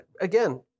again